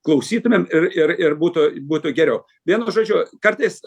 klausytumėm ir ir ir būtų būtų geriau vienu žodžiu kartais